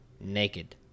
Naked